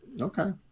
okay